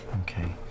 Okay